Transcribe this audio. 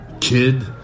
kid